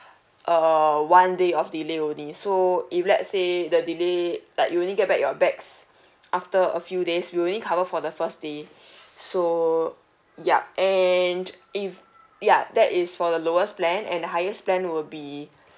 uh one day of delay only so if let's say the delay like you only get back your bags after a few days we only cover for the first day so yup and if ya that is for the lowest plan and the highest plan would be